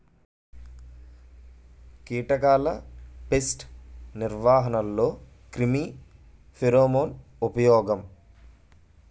కీటకాల పేస్ట్ నిర్వహణలో క్రిమి ఫెరోమోన్ ఉపయోగం